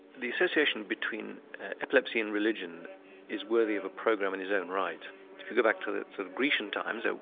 the association between epilepsy and religion is worthy of a program in its own right. if you go back to sort of grecian times ah